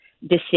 decision